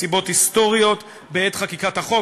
מסיבות היסטוריות שהיו קיימות בעת חקיקת החוק.